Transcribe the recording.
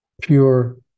pure